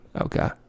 Okay